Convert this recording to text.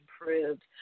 improved